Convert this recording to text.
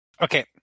Okay